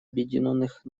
объединенных